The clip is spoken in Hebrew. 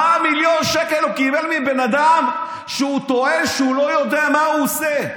4 מיליון שקל הוא קיבל מבן אדם שהוא טוען שהוא לא יודע מה הוא עושה.